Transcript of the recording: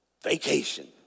vacation